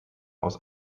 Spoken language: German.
aus